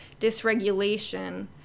dysregulation